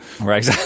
right